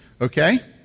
okay